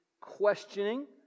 questioning